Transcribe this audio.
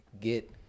get